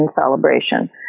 celebration